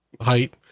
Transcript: height